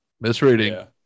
misreading